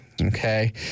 Okay